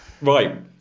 Right